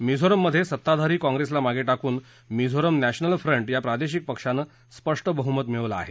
मिझोराममध्ये सत्ताधारी कॉंप्रेसला मागे टाकून मिझोराम नष्पिल फ्रंट या प्रादेशिक पक्षानं स्पष्ट बहुमत मिळवलं आहे